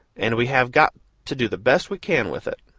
and we have got to do the best we can with it.